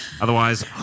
Otherwise